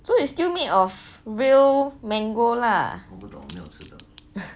so it's still made of real mango lah